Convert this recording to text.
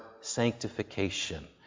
sanctification